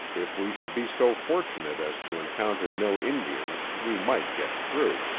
if we should be so fortunate as to encounter no indians we might get through.